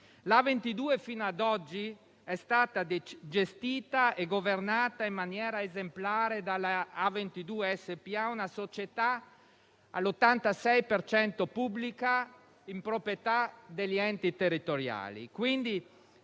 La A22 fino ad oggi è stata gestita e governata in maniera esemplare dalla A22 SpA, una società all'86 per cento pubblica, di proprietà degli enti territoriali.